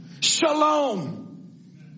Shalom